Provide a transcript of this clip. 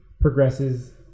progresses